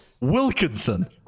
Wilkinson